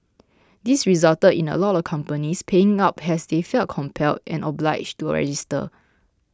this resulted in a lot of companies paying up as they felt compelled and obliged to register